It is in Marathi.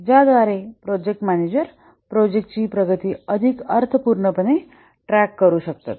ज्याद्वारे प्रोजेक्ट मॅनेजर प्रोजेक्टची प्रगती अधिक अर्थ पूर्णपणे ट्रॅक करू शकतात